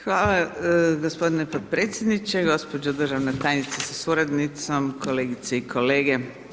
Hvala gospodine potpredsjedniče, gospođo državna tajnice sa suradnicom, kolegice i kolege.